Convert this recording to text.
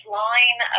line